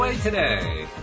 Today